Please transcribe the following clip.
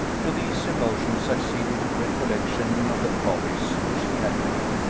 to these emotions succeeded the recollection of the promise which she had made,